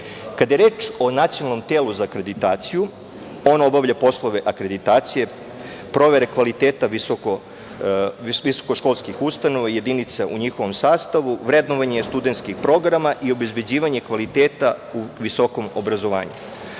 radu. Kada je reč o Nacionalnom telu za akreditaciju ono obavlja poslove akreditacije, provere kvaliteta visoko školskih ustanova i jedinica u njihovom sastavu, vrednovanje studentskih programa i obezbeđivanje kvaliteta u visokom obrazovanju. Organ